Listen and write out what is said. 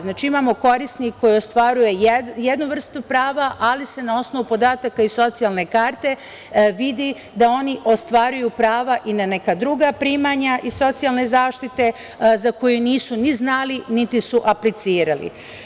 Znači, imamo korisnika koji ostvaruje jednu vrstu prava, ali se na osnovu podataka iz socijalne karte vidi da oni ostvaruju prava i na neka druga primanja iz socijalne zaštite za koja nisu ni znali, niti su aplicirali.